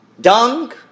dung